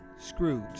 Scrooge